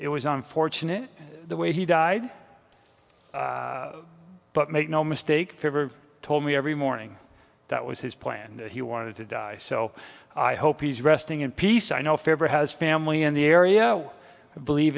it was unfortunate the way he died but make no mistake told me every morning that was his plan he wanted to die so i hope he's resting in peace i know favre has family in the area believe